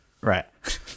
right